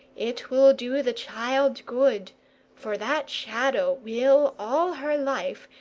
it will do the child good for that shadow will, all her life,